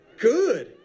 Good